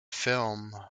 film